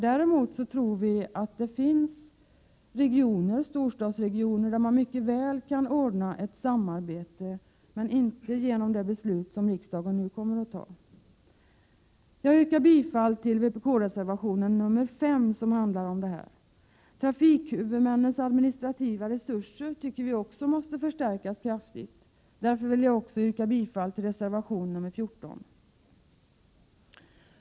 Däremot tror vi att det finns regioner, t.ex. storstadsregioner, där ett samarbete mycket väl kan ordnas, men inte genom det beslut som riksdagen nu kommer att fatta. Jag yrkar bifall till vpk-reservationen nr 5, som handlar om detta. Trafikhuvudmännens administrativa resurser tycker vi också måste förstärkas kraftigt, därför vill jag också yrka bifall till reservation nr 14.